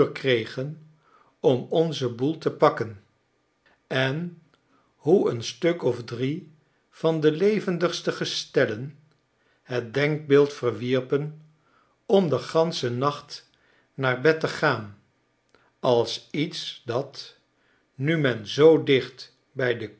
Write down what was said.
kregen om onzen boel te pakken en hoe een stuk of drie van de levendigste gestellenhet denkbeeldverwierpen om den ganschen nacht naar bed te gaan als iets dat nu men zoo dicht bij de